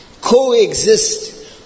Coexist